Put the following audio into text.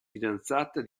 fidanzata